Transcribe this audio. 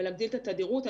להגדיל את התדירות שלו.